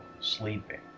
sleeping